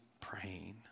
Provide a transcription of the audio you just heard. praying